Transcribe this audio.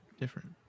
different